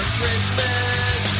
Christmas